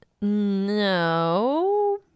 No